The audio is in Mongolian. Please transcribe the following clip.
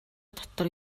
дотор